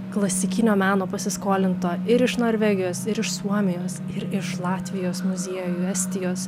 klasikinio meno pasiskolinto ir iš norvegijos ir iš suomijos ir iš latvijos muziejų estijos